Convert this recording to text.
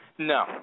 No